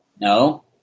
No